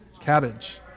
Cabbage